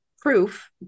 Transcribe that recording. proof